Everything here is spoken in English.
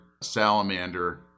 salamander